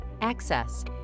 access